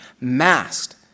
masked